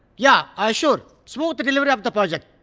yeah, i assure smooth delivery of the project.